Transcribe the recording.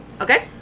Okay